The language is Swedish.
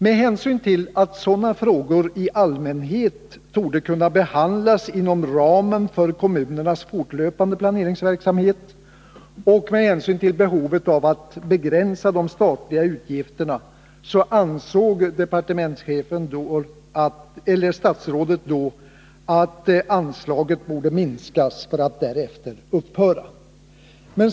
Med hänsyn till att sådana frågor i allmänhet torde kunna behandlas inom ramen för kommunernas fortlöpande planeringsverksamhet och med hänsyn till behovet av att begränsa de statliga utgifterna ansåg statsrådet då att anslaget borde minskas för att därefter upphöra.